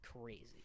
crazy